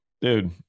dude